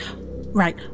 Right